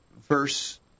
verse